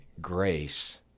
grace